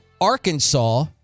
Arkansas